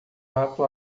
ato